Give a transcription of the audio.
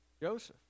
Joseph